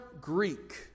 Greek